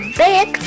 big